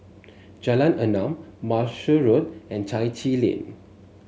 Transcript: Jalan Enam Marshall Road and Chai Chee Lane